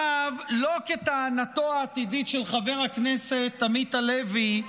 לא כטענתו העתידית של חבר הכנסת עמית הלוי,